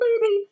baby